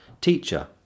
teacher